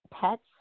pets